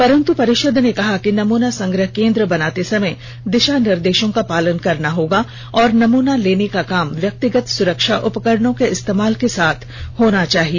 परन्त परिषद ने कहा कि नमूना संग्रह केंद्र बनाते समय दिशा निर्देशों का पालन करना होगा और नमूना लेने का काम व्यक्तिगत सुरक्षा उपकरणों के इस्तेमाल के साथ होना चाहिए